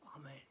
Amen